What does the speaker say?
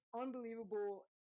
unbelievable